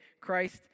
Christ